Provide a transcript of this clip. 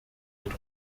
mit